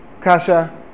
Kasha